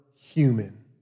human